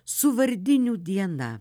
su vardinių diena